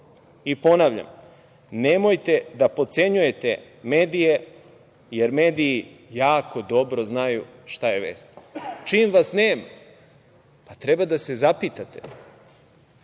medijima. Ponavljam – nemojte da potcenjujete medije, jer mediji jako dobro znaju šta je vest. Čim vas nema treba da se zapitate